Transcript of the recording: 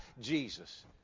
Jesus